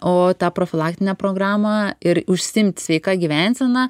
o tą profilaktinę programą ir užsiimti sveika gyvensena